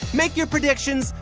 make your predictions.